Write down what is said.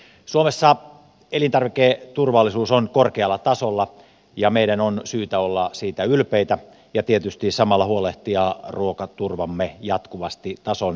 suomessa elintarviketurvallisuus on korkealla tasolla ja meidän on syytä olla siitä ylpeitä ja tietysti samalla huolehtia jatkuvasti ruokaturvamme tason säilyttämisestä